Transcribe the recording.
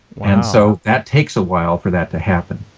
and so that takes a while for that to happen.